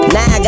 Now